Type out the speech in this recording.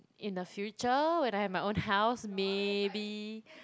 in the future when I have my own house maybe